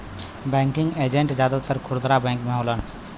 banking agent जादातर खुदरा bank में होलन